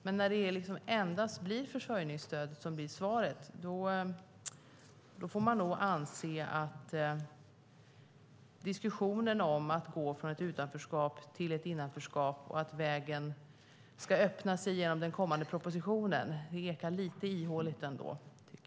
Men när det endast blir försörjningsstöd som är svaret får man nog anse att diskussionen om att gå från ett utanförskap till ett innanförskap och att vägen ska öppna sig genom den kommande propositionen ekar lite ihålig.